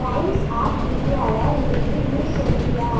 times of இந்தியாவில் இருந்து news சொல்லுறியா